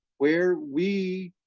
where we